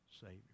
Savior